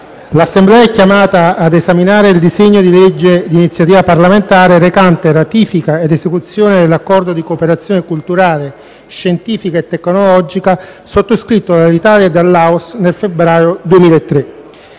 l'Assemblea è chiamata ad esaminare il disegno di legge, d'iniziativa parlamentare, recante ratifica ed esecuzione dell'Accordo di cooperazione culturale, scientifica e tecnologica sottoscritto dall'Italia e dal Laos nel febbraio 2003.